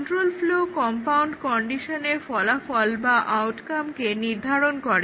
control flow compound কন্ডিশনের ফলাফল বা আউটকামকে নির্ধারণ করে